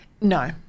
no